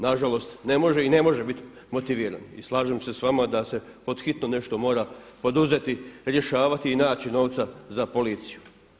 Nažalost ne može i ne može biti motiviran i slažem se s vama da se pod hitno nešto mora poduzeti, rješavati i naći novca za policiju.